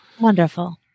wonderful